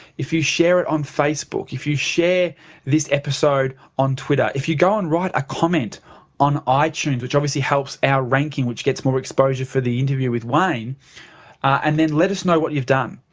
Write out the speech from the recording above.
if you share it on facebook, if you share this episode on twitter, if you go and write a comment on ah itunes, which obviously helps our ranking, which gets more exposure for the interview with and then let us know what you've done.